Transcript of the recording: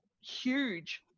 huge